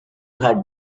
had